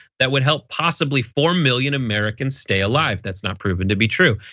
that would help possibly four million americans stay alive. that's not proven to be true.